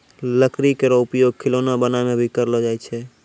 लकड़ी केरो उपयोग खिलौना बनाय म भी करलो जाय छै